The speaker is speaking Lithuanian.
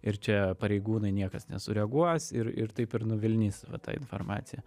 ir čia pareigūnai niekas nesureaguos ir ir taip ir nuvilnys va ta informacija